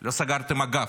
לא סגרתם אגף,